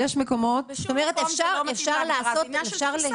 בשום מקום זה לא מתאים להגדרה,